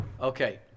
Okay